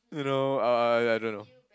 you know eh I don't know